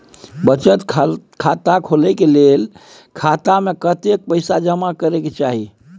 बचत खाता खोले के लेल खाता में कतेक पैसा जमा करे के चाही?